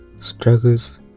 Struggles